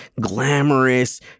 glamorous